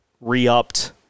re-upped